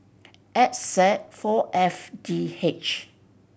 X Z four F D H